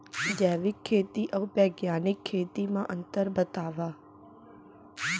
जैविक खेती अऊ बैग्यानिक खेती म अंतर बतावा?